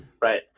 Right